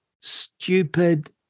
stupid